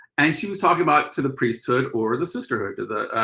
and she was talking about to the priesthood or the sisterhood. to the